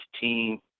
team